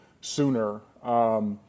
sooner